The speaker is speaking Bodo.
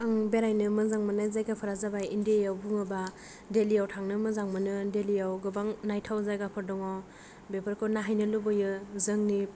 आं बेरायनो मोजां मोनाय जायगाफोरा जाबाय इण्डियाआव बुङोबा देल्लियाव थांनो मोजां मोनो देल्लियाव गोबां नायथाव जायगाफोर दङ' बेफोरखौ नायहैनो लुबैयो जोंनि